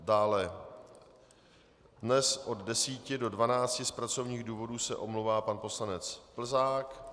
Dále dnes od 10 do 12 z pracovních důvodů se omlouvá pan poslanec Plzák.